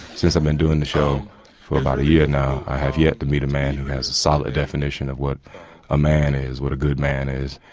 since i've been doing the show, for about a year now, i have yet to meet a man who has a solid definition of what a man is, what a good man is,